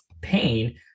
pain